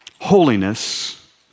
holiness